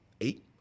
eight